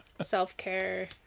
self-care